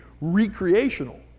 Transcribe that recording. recreational